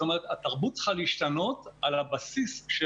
התרבות צריכה להשתנות על הבסיס של